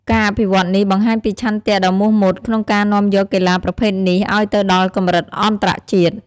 ការអភិវឌ្ឍនេះបង្ហាញពីឆន្ទៈដ៏មោះមុតក្នុងការនាំយកកីឡាប្រភេទនេះឱ្យទៅដល់កម្រិតអន្តរជាតិ។